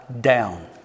down